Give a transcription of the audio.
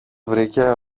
βρήκε